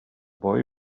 boy